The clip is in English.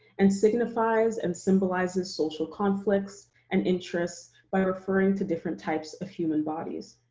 and signifies and symbolizes social conflicts and interests by referring to different types of human bodies.